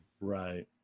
Right